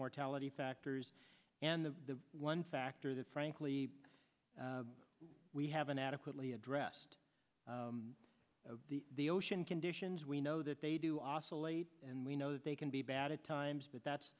mortality factors and the one factor that frankly we haven't adequately addressed the ocean conditions we know that they do oscillate and we know that they can be bad at times but that's